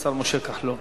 השר משה כחלון.